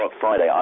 Friday